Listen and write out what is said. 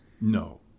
No